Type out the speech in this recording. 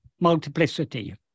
multiplicity